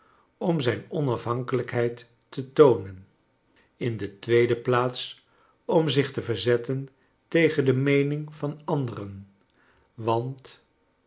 om zijn onafhankelijkheid te toonen in de tweede plaats om zich te verzetten tegen de meening van anderen want